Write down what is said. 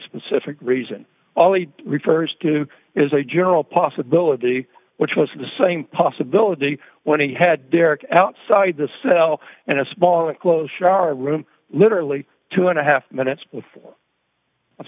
specific reason all he refers to is a general possibility which was the same possibility when he had derek outside the cell and a small enclosed shara room literally two and a half minutes